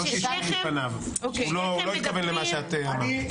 הוא לא התכוון למה שאמרת.